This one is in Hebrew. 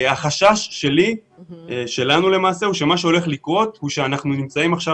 החשש שלנו הוא שמה שהולך לקרות הוא שאנחנו נמצאים עכשיו,